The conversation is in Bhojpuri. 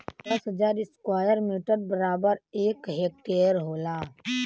दस हजार स्क्वायर मीटर बराबर एक हेक्टेयर होला